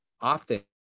often